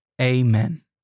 Amen